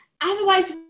Otherwise